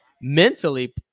mentally